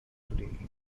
today